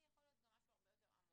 יכול להיות גם משהו הרבה יותר עמוק,